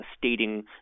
stating